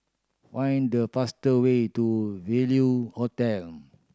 find the faster way to Value Hotel